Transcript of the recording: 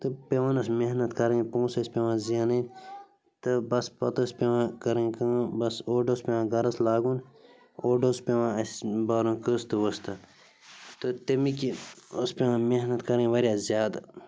تہٕ پٮ۪وان ٲسۍ محنت کَرٕنۍ پونٛسہٕ ٲسۍ پٮ۪وان زینٕنۍ تہٕ بَس پَتہٕ ٲس پٮ۪وان کَرٕنۍ کٲم بَس اوٚڑ اوس پٮ۪وان گَرَس لاگُن اوٚڑ اوس پٮ۪وان اَسہِ بَرُن قٕسطہٕ وٕسطہٕ تہٕ تَمہِ کہِ ٲس پٮ۪وان محنت کَرٕنۍ واریاہ زیادٕ